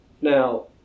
Now